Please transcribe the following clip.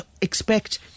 expect